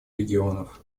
регионов